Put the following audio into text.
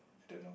don't know